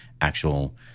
actual